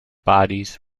bodies